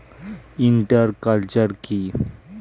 Inter culture কি?